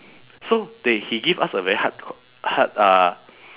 so they he give us a very hard c~ hard uh